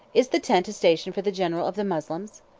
is the tent a station for the general of the moslems?